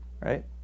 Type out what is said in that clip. Right